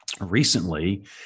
recently